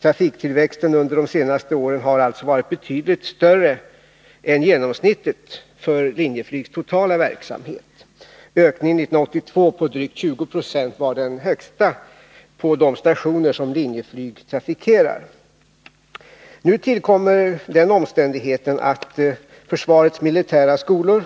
Trafiktillväxten under de senaste åren har alltså varit betydligt större än genomsnittet för Linjeflygs totala verksamhet. Ökningen 1982 på drygt 20 20 var den högsta på de stationer som Linjeflyg trafikerar. Nu tillkommer den omständigheten att försvarets militära skolor